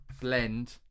blend